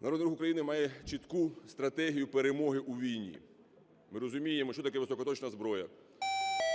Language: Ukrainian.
Народний Рух України має чітку стратегію перемоги у війні. Ми розуміємо, що таке високоточна зброя.